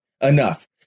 enough